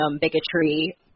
bigotry